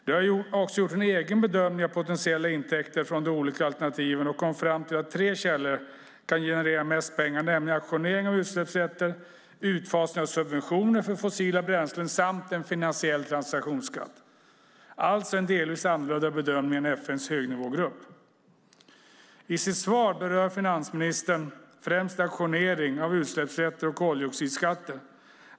De har också gjort en egen bedömning av potentiella intäkter från de olika alternativen och kommit fram till att tre källor kan generera mest pengar, nämligen auktionering av utsläppsrätter, utfasning av subventioner för fossila bränslen samt en skatt på finansiella transaktioner. Det är alltså en delvis annorlunda bedömning än den från FN:s högnivågrupp. I sitt svar berör finansministern främst auktionering av utsläppsrätter och koldioxidskatter.